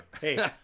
hey